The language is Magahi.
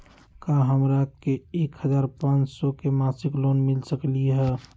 का हमरा के एक हजार पाँच सौ के मासिक लोन मिल सकलई ह?